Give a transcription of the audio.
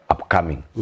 Upcoming